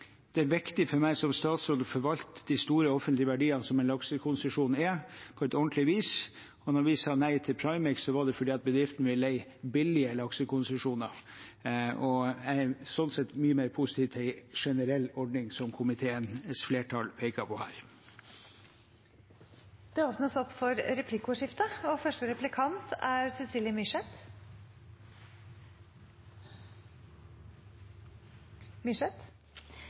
det er viktig for meg som statsråd å forvalte de store offentlige verdiene som en laksekonsesjon er, på et ordentlig vis, og når vi sa nei til Primex, var det fordi bedriften ville leie billige laksekonsesjoner. Jeg er sånn sett mye mer positiv til en generell ordning, som komiteens flertall peker på her. Det blir replikkordskifte. Først vil jeg bare si at det fiskeriministeren sier på slutten, ikke stemmer. Det er